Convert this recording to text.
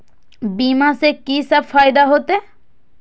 बीमा से की सब फायदा होते?